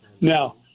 Now